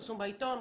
הפרסום בעיתון,